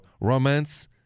romance